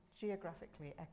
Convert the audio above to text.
geographically